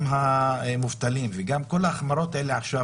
גם המובטלים וגם כל ההחמרות האלה עכשיו,